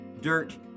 dirt